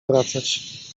wracać